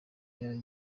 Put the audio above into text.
yari